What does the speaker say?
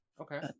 Okay